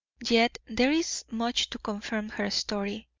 yet there is much to confirm her story.